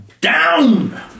down